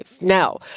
Now